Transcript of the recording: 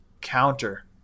counter